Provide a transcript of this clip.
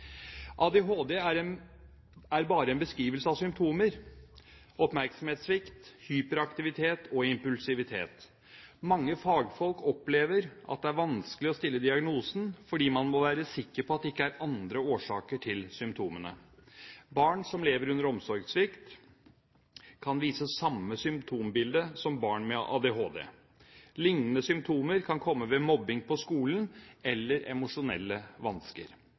ADHD er bare en beskrivelse av symptomer, oppmerksomhetssvikt, hyperaktivitet og impulsivitet. Mange fagfolk opplever at det er vanskelig å stille diagnosen, fordi man må være sikker på at det ikke er andre årsaker til symptomene. Barn som lever under omsorgssvikt, kan vise samme symptombilde som barn med ADHD. Liknende symptomer kan komme ved mobbing på skolen eller emosjonelle vansker.